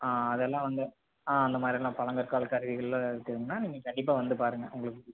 ஆ அதெல்லாம் வந்து ஆ அந்த மாதிரிலாம் பழங்கற்கால கருவிகள் இருக்குதுங்கண்ணா நீங்கள் கண்டிப்பாக வந்து பாருங்கள் உங்களுக்கு பிடிக்கும்